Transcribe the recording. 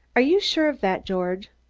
are you sure of that, george?